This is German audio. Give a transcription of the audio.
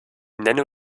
nenne